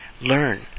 Learn